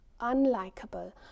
unlikable